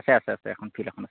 আছে আছে এখন ফিল্ড এখন আছে